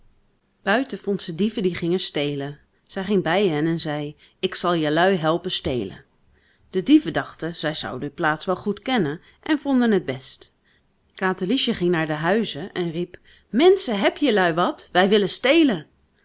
buiten vond ze dieven die gingen stelen zij ging bij hen en zei ik zal jelui helpen stelen de dieven dachten zij zou de plaats wel goed kennen en vonden het best katerliesje ging naar de huizen en riep menschen heb jelui wat wij willen stelen